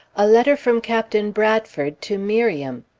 a letter from captain bradford to miriam.